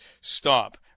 stop